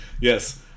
Yes